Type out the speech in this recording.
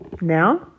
Now